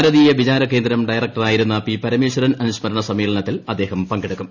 ഭാരതീയ വിചാര കേന്ദ്രം ഡയറക്ടറായിരുന്ന പി പരമേശ്വരൻ അനുസ്മരണ സമ്മേളനത്തിൽ അദ്ദേഹം പങ്കെടുക്കും